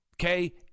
Okay